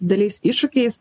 dideliais iššūkiais